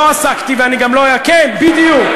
לא עסקתי, ואני גם לא, כן, בדיוק.